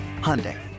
Hyundai